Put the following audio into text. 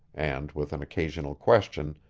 and with an occasional question,